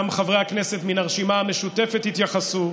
גם חברי הכנסת מן הרשימה המשותפת התייחסו.